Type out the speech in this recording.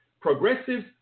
progressives